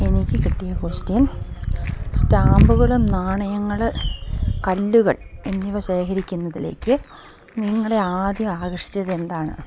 എനിക്ക് കിട്ടിയ ക്വസ്റ്റ്യന് സ്റ്റാമ്പുകളും നാണയങ്ങൾ കല്ലുകൾ എന്നിവ ശേഖരിക്കുന്നതിലേക്ക് നിങ്ങളെ ആദ്യം ആകർഷിച്ചത് എന്താണ്